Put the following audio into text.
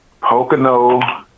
Pocono